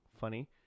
Funny